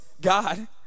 God